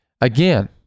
Again